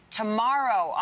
tomorrow